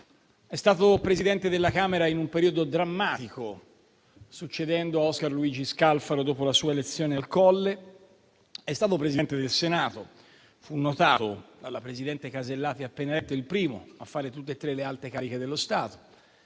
È stato Presidente della Camera in un periodo drammatico, succedendo a Oscar Luigi Scalfaro dopo la sua elezione al Colle. È stato Presidente del Senato e, come fu notato dalla presidente Alberti Casellati appena eletta, fu il primo a ricoprire tutte le tre più alte cariche dello Stato.